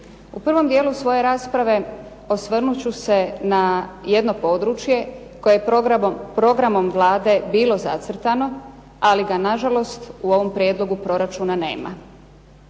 U prvom dijelu svoje rasprave osvrnut ću se na jedno područje koje je programom Vlade bilo zacrtano, ali ga na žalost u ovom prijedlogu proračuna nema.